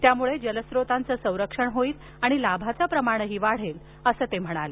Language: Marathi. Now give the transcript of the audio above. त्यामुळे जलस्रोतांचं संरक्षण होईल आणि लाभाचे प्रमाणही वाढेल असं ते म्हणाले